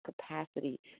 capacity